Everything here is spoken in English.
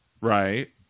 Right